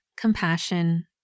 compassion